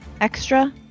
extra